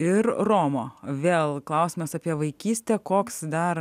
ir romo vėl klausimas apie vaikystę koks dar